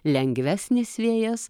lengvesnis vėjas